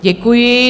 Děkuji.